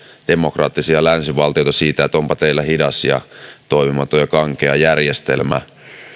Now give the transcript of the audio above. demokraattisia länsivaltioita siitä että onpa teillä hidas ja toimimaton ja kankea järjestelmä